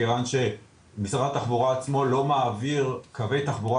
מכיוון שמשרד התחבורה עצמו לא מעביר קווי תחבורה